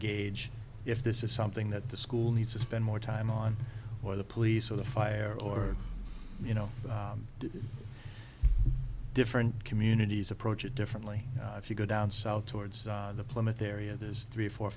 gauge if this is something that the school needs to spend more time on or the police or the fire or you know different communities approach it differently if you go down south towards the plymouth area there's three four f